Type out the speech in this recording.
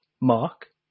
Mark